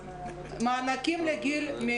שאנשים מבינים מה קורה.